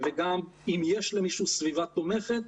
וגם אם יש למישהו סביבה תומכת,